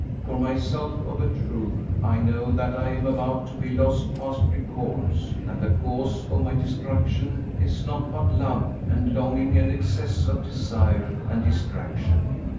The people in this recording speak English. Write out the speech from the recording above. for myself, of a truth i know that i am about to be lost past recourse, and the cause of my destruction is naught but love and longing and excess of desire and distraction,